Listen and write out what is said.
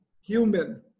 human